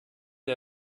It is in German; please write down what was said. der